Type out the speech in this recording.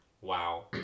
Wow